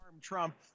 Trump